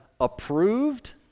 approved